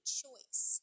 choice